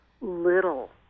little